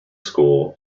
school